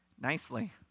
nicely